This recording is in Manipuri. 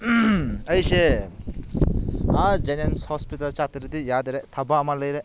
ꯑꯩꯁꯦ ꯑꯥ ꯖꯦꯅꯤꯞꯁ ꯍꯣꯁꯄꯤꯇꯥꯜ ꯆꯠꯇ꯭ꯔꯗꯤ ꯌꯥꯗ꯭ꯔꯦ ꯊꯕꯛ ꯑꯃ ꯂꯩꯔꯦ